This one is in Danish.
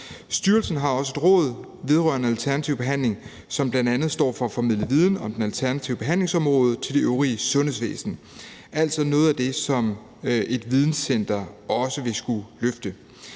Styrelsen har også et råd vedrørende alternativ behandling, som bl.a. står for at formidle viden om det alternative behandlingsområde til det øvrige sundhedsvæsen; altså noget af det, som et videncenter også ville skulle løfte.